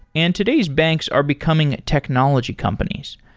and today's banks are becoming technology companies.